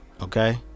Okay